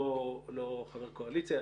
לא חבר קואליציה.